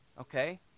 okay